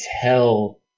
tell